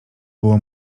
było